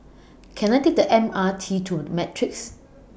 Can I Take The M R T to Matrix